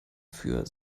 für